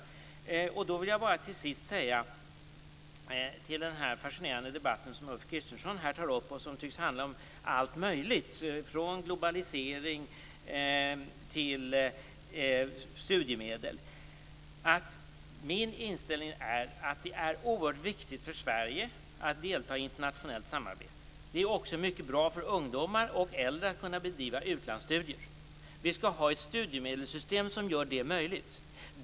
Till sist vill jag med anledning av den fascinerande debatten som Ulf Kristersson tar upp och som tycks handla om allt möjligt, från globalisering till studiemedel, att min inställning är att det är oerhört viktigt för Sverige att delta i internationellt samarbete. Det är också mycket bra för ungdomar och äldre att kunna bedriva utlandsstudier. Vi skall ha ett studiemedelssystem som gör det möjligt.